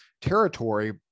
territory